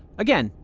again,